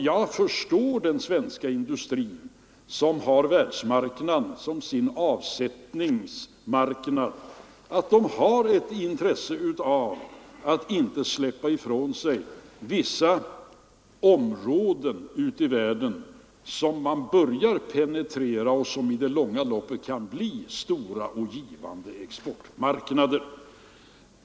Jag förstår också att man i den svenska industrin, som har världsmarknaden som sin avsättningsmarknad, har intresse av att inte släppa ifrån sig vissa områden ute i världen som man har börjat penetrera och som i det långa loppet kan bli stora och givande exportmarknader.